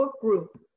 group